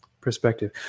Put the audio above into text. perspective